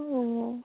ও